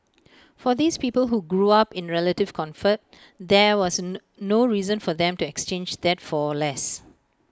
for these people who grew up in relative comfort there was no reason for them to exchange that for less